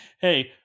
Hey